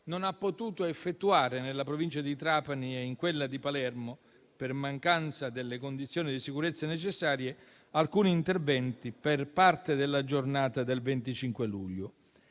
non ha potuto effettuare, nella provincia di Trapani e in quella di Palermo, per mancanza delle condizioni di sicurezza necessarie, alcuni interventi per parte della giornata del 25 luglio.